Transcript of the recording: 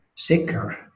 sicker